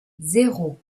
zéro